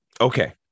Okay